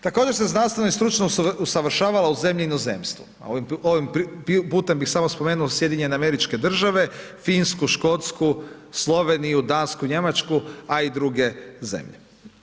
Također se znanstveno i stručno usavršavala u zemlji i inozemstvu, a ovim putem bih samo spomenuo SAD, Finsku, Škotsku, Sloveniju, Dansku i Njemačku, a i druge zemlje.